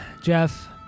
Jeff